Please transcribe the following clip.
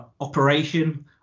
operation